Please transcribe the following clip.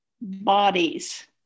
bodies